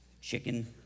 chicken